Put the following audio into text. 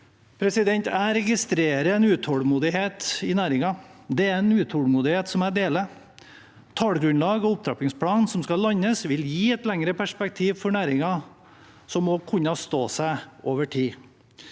Jeg registrerer en utålmodighet i næringen, og det er en utålmodighet jeg deler. Tallgrunnlag og opptrappingsplan som skal landes, vil gi et lengre perspektiv for næringen, som må kunne stå seg over tid.